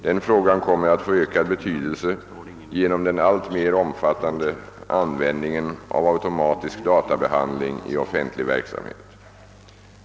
Denna fråga kommer att få ökad betydelse genom den alltmer omfattande användningen av automatisk databehandling i offentlig verksamhet.